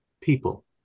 people